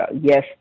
Yes